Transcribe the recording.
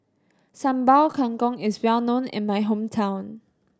Sambal Kangkong is well known in my hometown